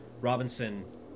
Robinson